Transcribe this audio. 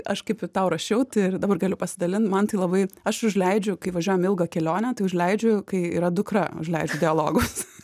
aš kaip ir tau rašiau tai ir dabar galiu pasidalint man tai labai aš užleidžiu kai važiuojam į ilgą kelionę tai užleidžiu kai yra dukra užleidžiu dialogus